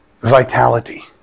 vitality